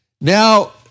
Now